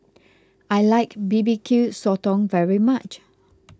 I like B B Q Sotong very much